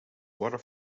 water